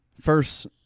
first